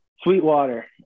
Sweetwater